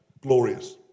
glorious